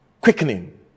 quickening